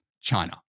China